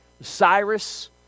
Cyrus